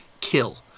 kill